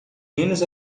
menos